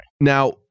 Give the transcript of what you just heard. Now